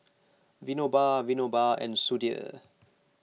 Vinoba Vinoba and Sudhir